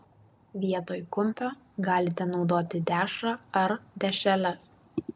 vietoj kumpio galite naudoti dešrą ar dešreles